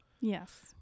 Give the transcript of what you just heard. Yes